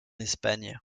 espagne